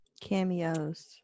Cameos